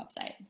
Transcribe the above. website